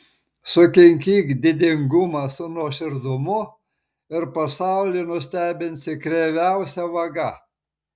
sukinkyk didingumą su nuoširdumu ir pasaulį nustebinsi kreiviausia vaga